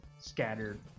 scattered